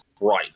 right